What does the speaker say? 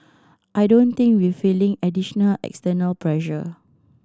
I don't think we've feeling additional external pressure